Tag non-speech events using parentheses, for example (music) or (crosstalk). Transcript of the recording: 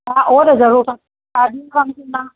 हा (unintelligible) शादियुनि खां बि थींदा